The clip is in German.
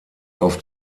auf